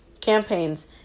campaigns